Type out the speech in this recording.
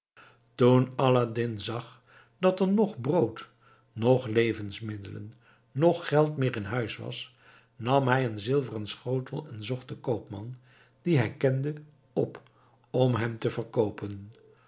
toen aladdin zag dat er noch brood noch levensmiddelen noch geld meer in huis was nam hij een zilveren schotel en zocht den koopman dien hij kende op om hem te verkoopen